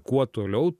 kuo toliau